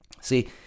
See